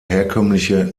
herkömmliche